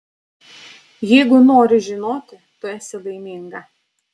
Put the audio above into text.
jeigu nori žinoti tu esi laiminga